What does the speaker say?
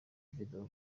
video